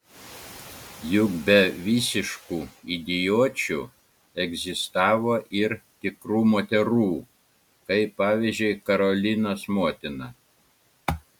juk be visiškų idiočių egzistavo ir tikrų moterų kaip pavyzdžiui karolinos motina